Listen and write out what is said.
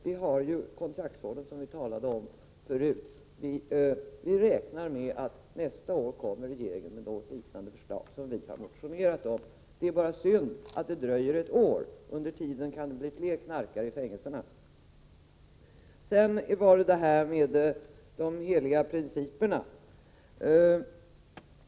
Jag tänker på t.ex. kontraktsvården, som vi tidigare talade om. Vi räknar därför med att regeringen nästa år kommer med förslag liknande dem vi nu har framfört i motioner. Det är synd bara att det dröjer ett år. Under tiden kan det bli fler knarkare i fängelserna. Så till de heliga principerna.